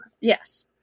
Yes